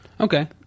Okay